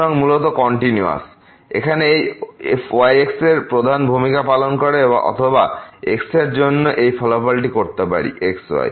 সুতরাং মূলত কন্টিনিউয়িটি এখানে এই fyx এর প্রধান ভূমিকা পালন করে অথবা আমরা x এর জন্য এই ফলাফলটি করতে পারি xy